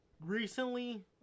recently